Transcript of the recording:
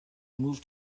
moved